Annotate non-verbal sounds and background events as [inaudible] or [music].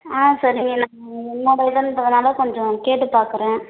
ஆ சரிங்க [unintelligible] கொஞ்சம் கேட்டு பார்க்குறேன்